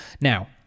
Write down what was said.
Now